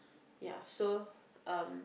ya so uh